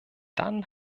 dann